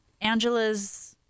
Angela's